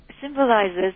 symbolizes